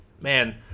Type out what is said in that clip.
man